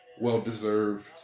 Well-deserved